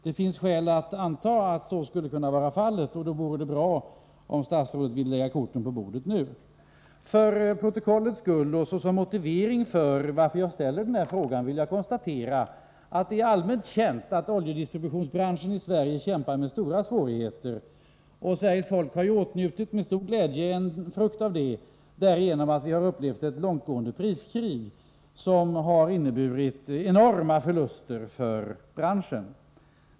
Det finns skäl att anta att så skulle vara fallet, och då vore det bra om statsrådet ville lägga korten på bordet nu. För protokollets skull och som motivering för att jag ställer denna fråga vill jag konstatera att det är allmänt känt att oljedistributionsbranschen i Sverige kämpar med stora svårigheter. Svenska folket har med stor glädje njutit frukterna av detta, närmare bestämt på grund av ett långtgående priskrig, som inneburit enorma förluster för branschen.